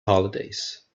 holidays